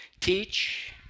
teach